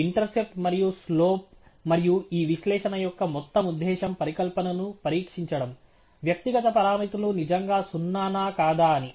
intercept మరియు slope మరియు ఈ విశ్లేషణ యొక్క మొత్తం ఉద్దేశ్యం పరికల్పనను పరీక్షించడం వ్యక్తిగత పరామితులు నిజంగా సున్నా నా కాదా అని